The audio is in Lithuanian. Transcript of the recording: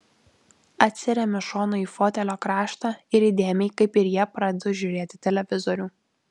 atsiremiu šonu į fotelio kraštą ir įdėmiai kaip ir jie pradedu žiūrėti televizorių